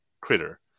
critter